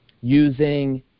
using